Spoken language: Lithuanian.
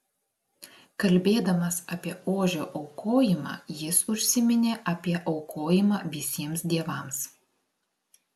kalbėdamas apie ožio aukojimą jis užsiminė apie aukojimą visiems dievams